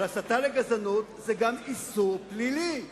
אבל הסתה לגזענות היא גם איסור פלילי.